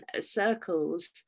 circles